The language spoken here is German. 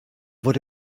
wurde